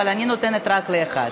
אבל אני נותנת רק לאחד.